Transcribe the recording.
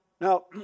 Now